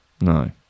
No